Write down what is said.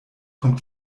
kommt